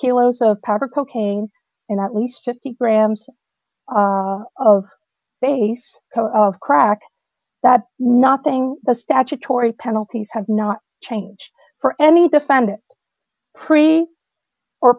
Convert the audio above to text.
kilos of powder cocaine and at least fifty grams of base of crack that nothing the statutory penalties have not changed for any defendant pre or